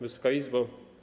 Wysoka Izbo!